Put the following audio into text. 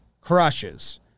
crushes